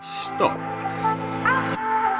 stop